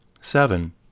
seven